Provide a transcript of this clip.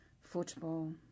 football